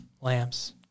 lamps